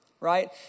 right